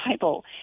Bible